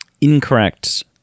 Incorrect